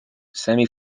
semi